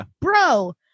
bro